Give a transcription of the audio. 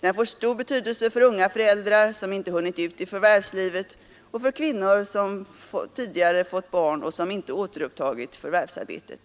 Den får stor betydelse för unga föräldrar som inte hunnit ut i förvärvslivet och för kvinnor som tidigare fått barn och som inte återupptagit förvärvsarbetet.